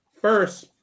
First